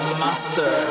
master